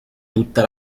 tutta